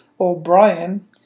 O'Brien